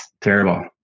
Terrible